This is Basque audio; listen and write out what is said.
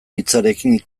hitzarekin